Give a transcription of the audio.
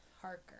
harker